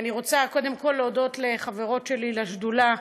אני רוצה קודם כול להודות לחברות שלי לשדולה,